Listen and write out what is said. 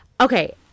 Okay